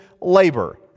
labor